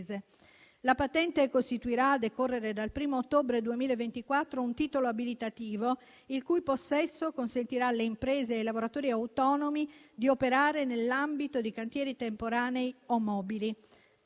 La patente costituirà, a decorrere dal 1° ottobre 2024, un titolo abilitativo il cui possesso consentirà alle imprese e ai lavoratori autonomi di operare nell'ambito di cantieri temporanei o mobili.